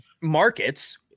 markets